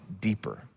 deeper